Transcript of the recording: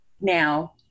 Now